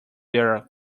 their